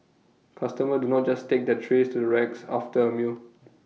customers do not just take their trays to the racks after A meal